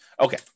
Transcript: Okay